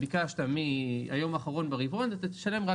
ביקשת מהיום האחרון ברבעון תשלם רק